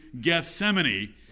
Gethsemane